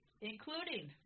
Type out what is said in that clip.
including